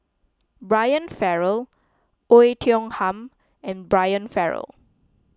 Brian Farrell Oei Tiong Ham and Brian Farrell